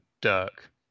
Dirk